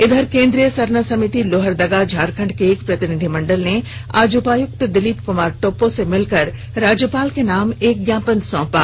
इधर केंद्रीय सरना समिति लोहरदगा झारखण्ड के एक प्रतिनिधिमंडल ने आज उपायुक्त दिलीप कुमार टोप्पो से मिलकर राज्यपाल के नाम एक ज्ञापन सौंपा